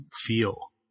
feel